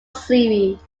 series